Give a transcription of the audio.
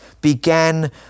began